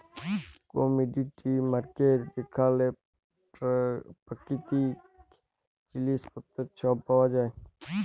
commodity market যেখালে পাকিতিক জিলিস পত্তর ছব পাউয়া যায়